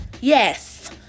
Yes